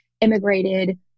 immigrated